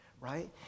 Right